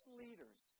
leaders